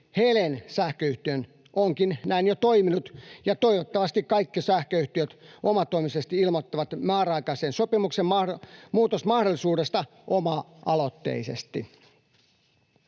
Helen-sähköyhtiö onkin näin jo toiminut, ja toivottavasti kaikki sähköyhtiöt ilmoittavat määräaikaisen sopimuksen muutosmahdollisuudesta oma-aloitteisesti.